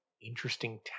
interesting